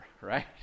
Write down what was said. right